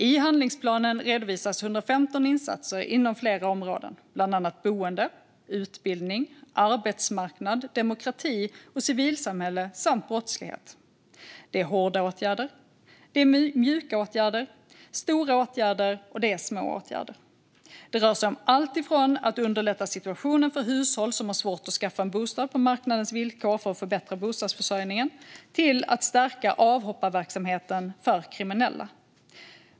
I handlingsplanen redovisas 115 insatser inom flera områden, bland annat boende, utbildning, arbetsmarknad, demokrati och civilsamhälle samt brottslighet. Det är hårda åtgärder, mjuka åtgärder, stora åtgärder och små åtgärder. Det rör sig om alltifrån att underlätta situationen för hushåll som har svårt att skaffa en bostad på marknadens villkor för att förbättra bostadsförsörjningen till att stärka avhopparverksamheten för kriminella.